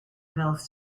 bills